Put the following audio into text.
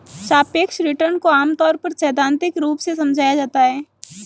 सापेक्ष रिटर्न को आमतौर पर सैद्धान्तिक रूप से समझाया जाता है